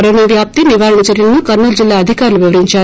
corona వ్యాప్తి నివారణ చర్యలను కర్నూలు జిల్లా అధికారులు వివరించారు